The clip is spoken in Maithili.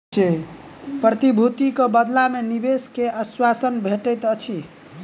प्रतिभूतिक बदला मे निवेशक के आश्वासन भेटैत अछि